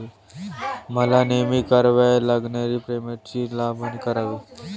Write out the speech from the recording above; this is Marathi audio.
मला नेहमी कराव्या लागणाऱ्या पेमेंटसाठी लाभार्थी नोंद कशी करावी?